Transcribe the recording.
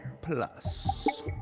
plus